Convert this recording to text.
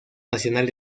nacional